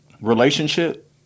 relationship